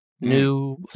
new